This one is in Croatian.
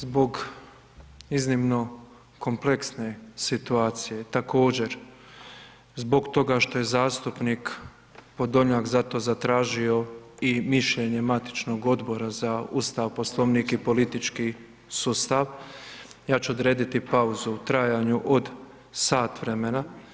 Zbog iznimno komplekse situacije također zbog toga što je zastupnik Podolnjak zato zatražio i mišljenje matičnog Odbora za ustav, Poslovnik i politički sustav, ja ću odrediti pauzu u trajanju od sat vremena.